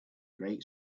great